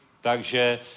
Takže